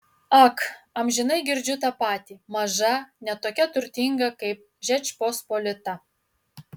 ak amžinai girdžiu tą patį maža ne tokia turtinga kaip žečpospolita